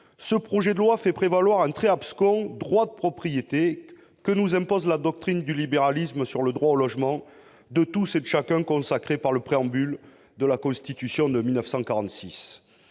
Le projet de loi fait prévaloir un très abscons « droit de propriété » que nous impose la doctrine du libéralisme sur le droit au logement de tous et de chacun consacré par le préambule de la Constitution de 1946.